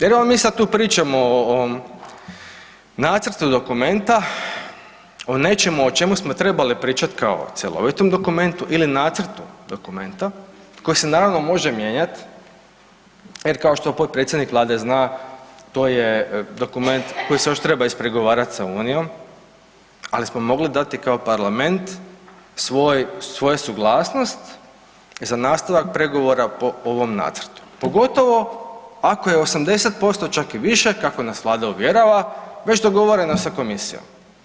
Jer evo mi tu sad pričamo o nacrtu dokumenta, o nečemu o čemu smo trebali pričat kao o cjelovitom dokumentu ili nacrtu dokumenta koji se naravno može mijenjat jer kao što potpredsjednik Vlade zna to je dokument koji se još treba ispregovarat sa Unijom, ali smo mogli dati kao Parlament svoje suglasnost za nastavak pregovora po ovom nacrtu, pogotovo ako je 80% čak i više kako nas Vlada uvjerava, već dogovoreno sa Komisijom.